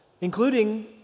including